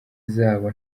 zabo